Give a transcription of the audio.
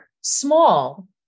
small